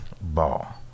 ball